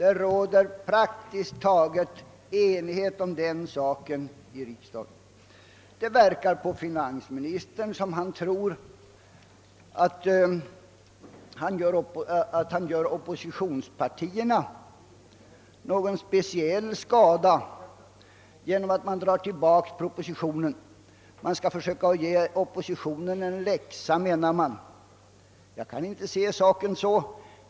Den råder det praktiskt taget enighet om. Det verkar på finansministern som om han trodde att han gör opposionspartierna någon speciell skada genom att dra tillbaka propositionen. Man skall försöka att ge oppositionen en läxa, menar han. Jag kan inte se saken på det sättet.